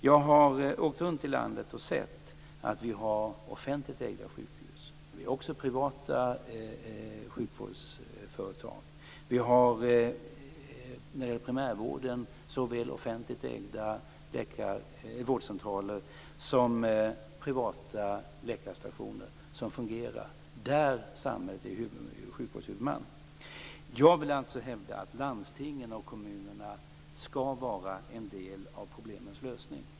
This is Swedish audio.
Jag har åkt runt i landet och sett att det finns offentligt ägda sjukhus men också privata sjukvårdsföretag och inom primärvården såväl offentligt ägda vårdcentraler som privata läkarstationer som fungerar och där samhället är sjukvårdshuvudman. Jag vill alltså hävda att landstingen och kommunerna skall vara en del av problemens lösning.